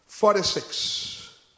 Forty-six